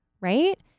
right